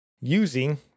using